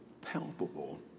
palpable